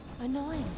Annoying